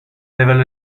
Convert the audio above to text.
level